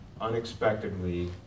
unexpectedly